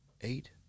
eight